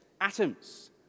atoms